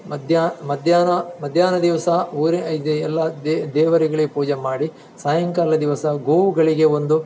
ಮಧ್ಯ ಮಧ್ಯಾಹ್ನ ಮಧ್ಯಾಹ್ನ ದಿವಸ ಊರಿನ ಎಲ್ಲ ದೇವರುಗಳಿಗೆ ಪೂಜೆ ಮಾಡಿ ಸಾಯಂಕಾಲ ದಿವಸ ಗೋವುಗಳಿಗೆ ಒಂದು